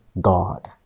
God